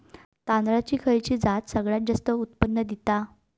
तांदळाची खयची जात सगळयात जास्त उत्पन्न दिता?